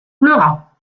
pleura